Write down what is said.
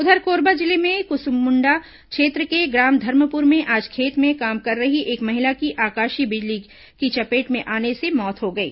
उधर कोरबा जिले में कुसमुंडा क्षेत्र के ग्राम धर्मपुर में आज खेत में काम कर रही एक महिला की आकाशीय बिजली की चपेट में आने से मौत हो गई